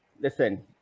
Listen